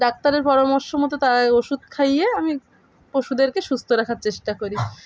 ডাক্তারের পরামর্শ মতো তাদের ওষুধ খাইয়ে আমি পশুদেরকে সুস্থ রাখার চেষ্টা করি